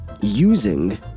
using